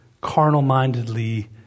carnal-mindedly